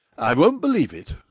i won't believe it.